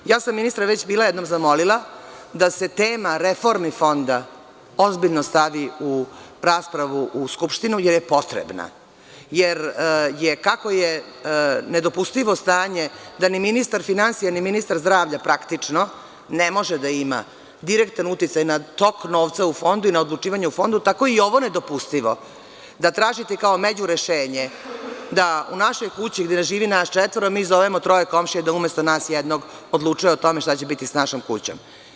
Već sam jednom ministra zamolila da se tema reformi Fonda ozbiljno stavi u raspravu u Skupštinu, jer je potrebna, jer kako je nedopustivo stanje da ni ministar finansija, ni ministar zdravlja praktično ne može da ima direktan uticaj na tok novca u Fondu i na odlučivanje u Fondu, tako je i ovo nedopustivo da tražite kao međurešenje da u našoj kući, gde živi nas četvoro, mi zovemo troje komšija da umesto nas jednog odlučuje o tome šta će biti s našom kućom.